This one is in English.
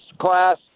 class